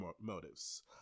motives